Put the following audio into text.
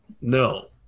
No